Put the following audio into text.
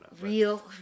Real